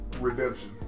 redemption